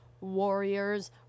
warriors